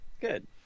Good